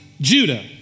Judah